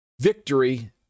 victory